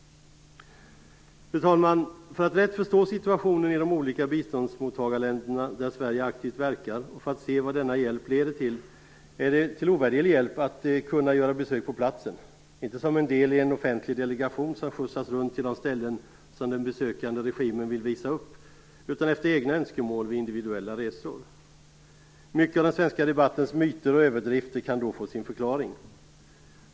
Fru talman! För att rätt förstå situationen i de olika biståndsmottagarländer där Sverige aktivt verkar, och för att se vad denna hjälp leder till, är det en ovärderlig hjälp att kunna göra besök på platsen - inte som en del i en offentlig delegation som skjutsas runt till de ställen som den regim man besöker vill visa upp, utan efter egna önskemål vid individuella resor. Många av myterna och överdrifterna i den svenska debatten kan då få sina förklaringar.